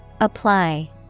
Apply